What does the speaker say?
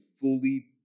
fully